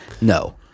No